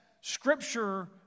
Scripture